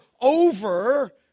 over